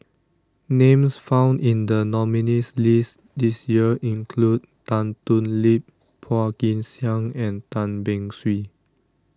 names found in the nominees' list this year include Tan Thoon Lip Phua Kin Siang and Tan Beng Swee